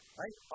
right